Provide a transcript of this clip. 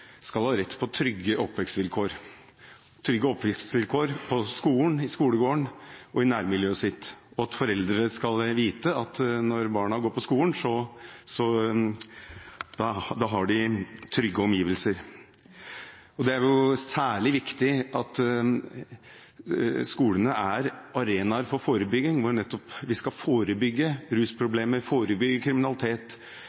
skal ha rett til trygge oppvekstsvilkår på skolen, i skolegården og i nærmiljøet sitt, og at foreldre skal vite at når barna går på skolen, har de trygge omgivelser. Det er særlig viktig at skolene er arenaer for forebygging, hvor vi nettopp skal forebygge